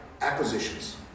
acquisitions